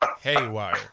haywire